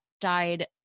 died